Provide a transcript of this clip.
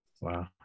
Wow